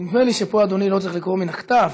נדמה לי שפה אדוני לא צריך לקרוא מן הכתב.